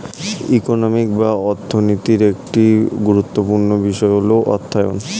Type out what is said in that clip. economics বা অর্থনীতির একটি গুরুত্বপূর্ণ বিষয় হল অর্থায়ন